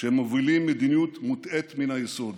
שהם מובילים מדיניות מוטעית מן היסוד.